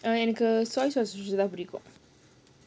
எனக்கு:enakku sauce தான் பிடிக்கும்:thaan pidikum